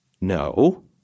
No